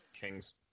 Kings